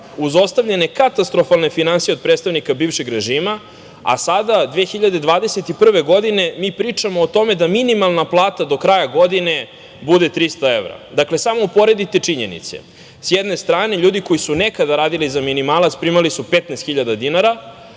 uz ostavljene katastrofalne finansije od predstavnika bivšeg režima, a sada, 2021. godine, mi pričamo o tome da minimalna plata do kraja godine bude 300 evra. Dakle, samo uporedite činjenice. S jedne strane, ljudi koji su nekada radili za minimalac primali su 15 hiljada dinara,